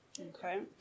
Okay